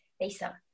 Lisa